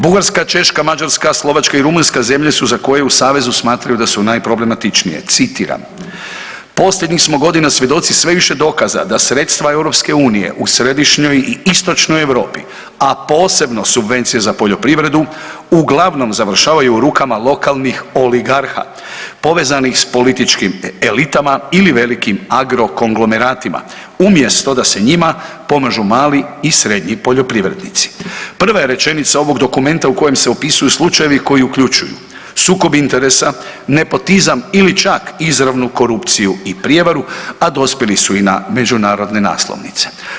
Bugarska, Češka, Mađarska, Slovačka i Rumunjska zemlje su za koje u savezu smatraju da su najproblematičnije, citiram „Posljednjih smo godina svjedoci sve više dokaza da sredstva EU u Središnjoj i Istočnoj Europi, a posebno subvencije za poljoprivredu uglavnom završavaju u rukama lokalnih oligarha povezanih s političkim elitama ili velikim anglokonglomeratima umjesto da se njima pomažu mali i srednji poljoprivrednici“, prava je rečenica ovog dokumenta u kojem se opisuju slučajevi koji uključuju sukob interesa, nepotizam ili čak izravnu korupciju i prijevaru, a dospjeli su i na međunarodne naslovnice.